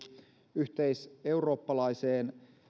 yhteiseurooppalaiseen